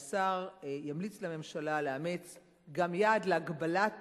השר ימליץ לממשלה לאמץ גם יעד להגבלת